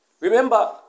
Remember